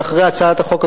ואחרי הצעת החוק,